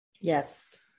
Yes